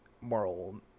moral